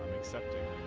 accepting